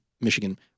Michigan